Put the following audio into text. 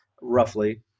roughly